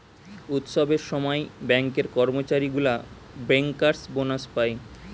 উৎসবের সময় ব্যাঙ্কের কর্মচারী গুলা বেঙ্কার্স বোনাস পায়